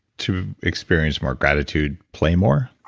to experience more gratitude, play more?